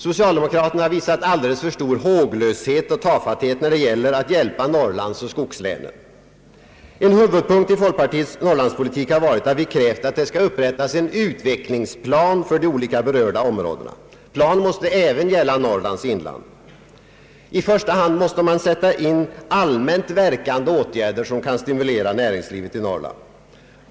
Socialdemokraterna har visat alldeles för stor håglöshet och tafatthet när det gällt att hjälpa Norrlandsoch skogslänen. En huvudpunkt i folkpartiets Norrlandspolitik har varit att vi krävt att det skall upprättas en utvecklingsplan för de olika berörda områdena. Planen måste även gälla Norrlands inland. I första hand måste man sätta in allmänt verkande åtgärder som kan stimulera näringslivet i Norrland.